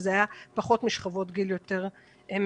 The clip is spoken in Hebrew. וזה היה פחות משכבות גיל יותר מבוגרות.